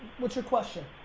what's your question?